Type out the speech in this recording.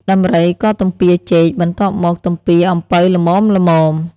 ដំរីក៏ទំពាចេក បន្ទាប់មកទំពាអំពៅល្មមៗ ។